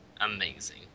Amazing